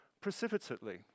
precipitately